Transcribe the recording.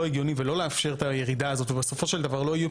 הגיוני ולא לאפשר את הירידה הזאת ובסופו של דבר לא יהיו